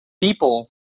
people